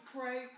pray